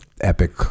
epic